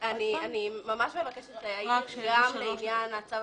אני מבקשת להעיר בקשר לעניין צו